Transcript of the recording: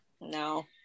no